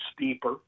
Steeper